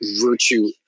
virtue